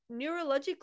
neurologically